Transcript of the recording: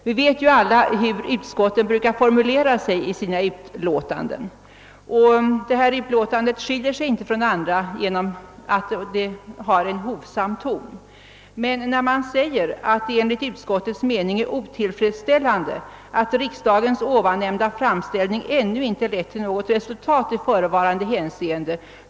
Vi vet ju alla hur utskotten brukar formulera sina utlåtanden, och detta utlåtande skiljer sig inte från andra, eftersom det har en hovsam ton. Jag vill emellertid understryka att utskottet verkligen menar vad man skriver i sitt uttalande att det är »enligt utskottets mening otillfredsställande att riksdagens ovannämnda framställning ännu icke lett till något resultat i förevarande hänseende».